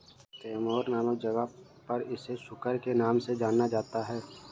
Timor नामक जगह पर इसे सुकर के नाम से जाना जाता है